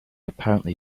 apparently